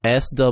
SW